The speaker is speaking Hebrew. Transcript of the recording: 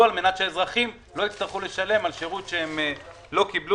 מנת שהאזרחים לא יצטרכו לשלם על שירות שלא קיבלו.